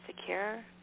secure